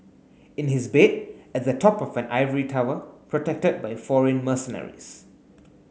in his bed at the top of an ivory tower protected by foreign mercenaries